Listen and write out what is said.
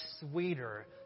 sweeter